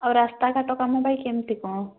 ଆଉ ରାସ୍ତଘାଟ କାମ ଭାଇ କେମିତି କ'ଣ